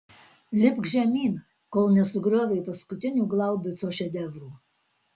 lipk žemyn kol nesugriovei paskutinių glaubico šedevrų